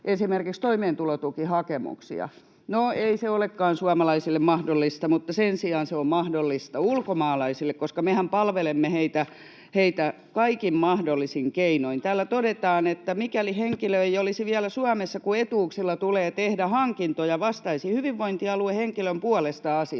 esimerkiksi toimeentulotukihakemuksia? No ei se olekaan suomalaisille mahdollista, mutta sen sijaan se on mahdollista ulkomaalaisille, koska mehän palvelemme heitä kaikin mahdollisin keinoin. [Anna Kontula: Kummastakin olen kuullut!] Täällä todetaan: ”Mikäli henkilö ei olisi vielä Suomessa, kun etuuksilla tulee tehdä hankintoja, vastaisi hyvinvointialue henkilön puolesta asioinnista.”